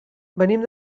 venim